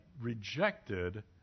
rejected